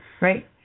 right